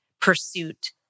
pursuit